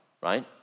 right